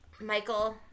Michael